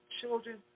children